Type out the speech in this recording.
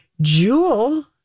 Jewel